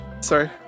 Sorry